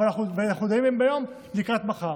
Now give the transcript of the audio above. ואנחנו דנים בהן היום לקראת מחר.